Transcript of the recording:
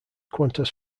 qantas